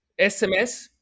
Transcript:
sms